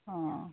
অঁ